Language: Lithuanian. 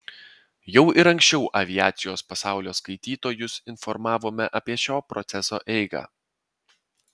jau ir anksčiau aviacijos pasaulio skaitytojus informavome apie šio proceso eigą